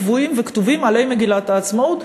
קבועים וכתובים עלי מגילת העצמאות,